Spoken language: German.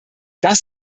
das